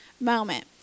moment